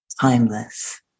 timeless